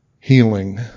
healing